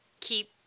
keep